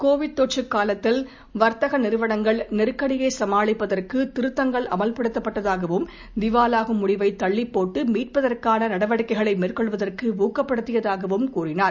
Covid தொற்று காலத்தில் வர்த்தக நிறுவனங்கள் நெருக்கடியை சமாளிப்பதற்கு திருத்தங்கள் அமல்படுத்தப்பட்டதாகவும் திவாலாகும் முடிவை தள்ளிப்போட்டு மீட்பதற்கான நடவடிக்கைகளை மேற்கொள்வதற்கு ஊக்கப்படுத்தியதாகவும் தெரிவித்தார்